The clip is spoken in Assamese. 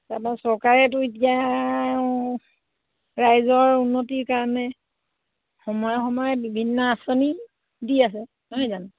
তাৰপা চৰকাৰেতো এতিয়া ৰাইজৰ উন্নতিৰ কাৰণে সময়ে সময়ে বিভিন্ন আঁচনি দি আছে নহয় জানো